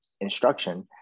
instruction